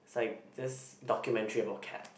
it's like this documentary about cat